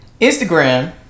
Instagram